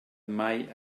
mai